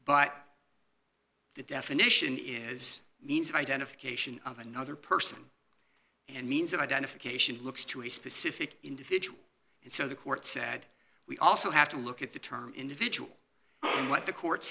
but the definition is means of identification of another person and means that identification looks to a specific individual and so the court said we also have to look at the term individual what the court